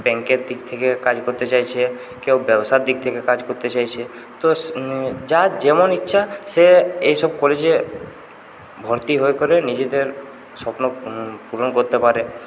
ব্যাংকের দিক থেকে কাজ করতে চাইছে কেউ ব্যবসার দিক থেকে কাজ করতে চাইছে তো যার যেমন ইচ্ছা সে এই সব কলেজে ভর্তি হয়ে করে নিজেদের স্বপ্ন পূরণ করতে পারে